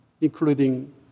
including